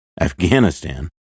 Afghanistan